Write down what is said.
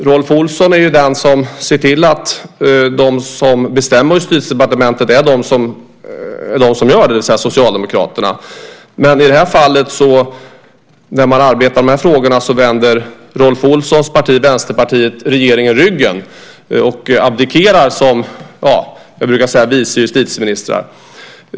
Rolf Olsson är ju den som ser till att de som bestämmer i Justitiedepartementet är just Socialdemokraterna, men när man arbetar med de här frågorna vänder Rolf Olssons parti, Vänsterpartiet, regeringen ryggen och abdikerar som vice justitieministrar, som jag brukar säga.